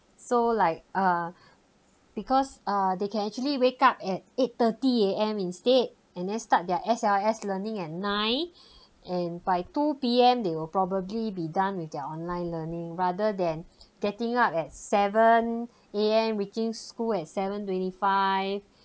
so like uh because uh they can actually wake up at eight thirty A_M instead and then start their S_L_S learning at nine and by two P_M they will probably be done with their online learning rather than getting up at seven A_M reaching school at seven twenty five